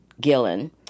Gillen